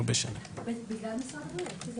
בגלל משרד הבריאות.